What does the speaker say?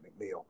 McNeil